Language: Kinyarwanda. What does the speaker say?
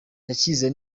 yacyize